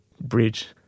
Bridge